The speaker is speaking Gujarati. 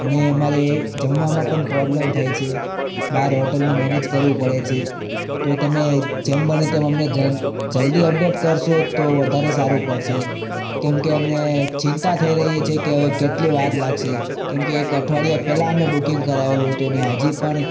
અને અમારે જમવામાં પઢ પ્રોબલમ થાય છે બાર હોટલનું મેનેજ કરવું પડે છે તો તમે જેમ બને તેમ અમને જલ્દી અપડેટ કરશો તો વધારે સારું પડશે કેમ કે અમને ચિંતા થઈ રઈ છે કે હવે કેટલીવાર લાગશે કેમ કે એક અઠવાડિયા પહેલાં અમે બુકિંગ કરાવેલું હતું અને હજી પણ